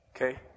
Okay